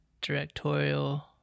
directorial